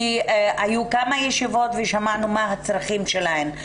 כי היו כמה ישיבות ושמענו את הצרכים שלהן.